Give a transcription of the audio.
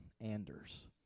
Anders